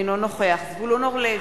אינו נוכח זבולון אורלב,